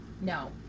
no